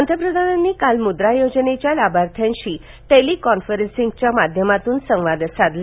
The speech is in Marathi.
पंतप्रधानांनी काल मुद्रा योजनेच्या लाभार्थ्यांशी टेली कॉन्फरन्सिंगच्या माध्यमातून संवाद साधला